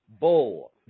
bull